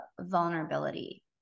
vulnerability